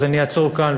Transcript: אז אני אעצור כאן.